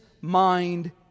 mind